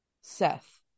Seth